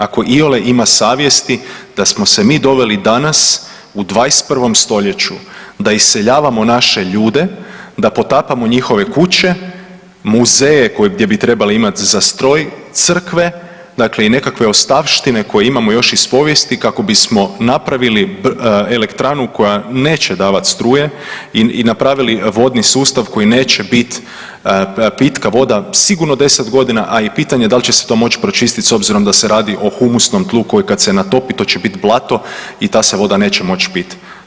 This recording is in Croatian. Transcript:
Ako iole ima savjesti da smo se mi doveli danas u 21. stoljeću da iseljavamo naše ljude, da potapamo njihove kuće, muzeje gdje bi trebali imati za stroj, crkve, dakle i nekakve ostavštine koje imamo još iz povijesti kako bismo napravili elektranu koja neće davati struje i napravili vodni sustav koji neće biti pitka voda sigurno 10 godina, a i pitanje da li će se to moći pročistiti s obzirom da se radi o humusnom tlu koji kad se natopi to će biti blato i ta se voda neće moći piti.